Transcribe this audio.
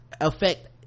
affect